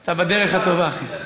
אתה בדרך הטובה, אחי.